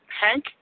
Hank